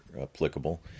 applicable